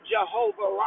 Jehovah